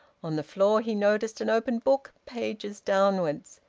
on the floor he noticed an open book, pages downwards.